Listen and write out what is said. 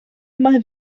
mae